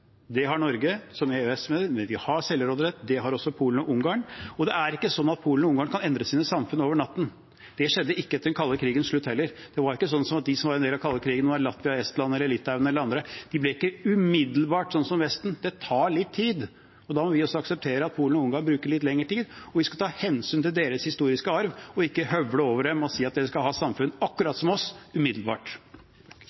Det har Norge som EØS-medlem – vi har selvråderett. Det har også Polen og Ungarn, og det er ikke slik at Polen og Ungarn kan endre sine samfunn over natten. Det skjedde ikke etter den kalde krigens slutt heller. Det var ikke sånn at de som var en del av den kalde krigen, Latvia, Estland, Litauen eller andre, umiddelbart ble sånn som Vesten. Det tar litt tid, og da må vi også akseptere at Polen og Ungarn bruker litt lengre tid. Vi skal ta hensyn til deres historiske arv og ikke høvle over dem og si at de skal ha et samfunn akkurat